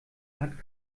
hat